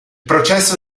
processo